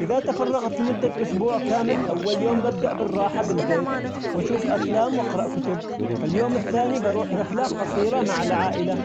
إذا تفرغت لمدة أسبوع كامل أول يوم ببدأ بالراحة بالبيت، وأشوف أفلام واقرأ كتب، اليوم الثاني بروح رحلة قصيرة مع العائلة،